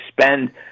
spend